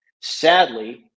Sadly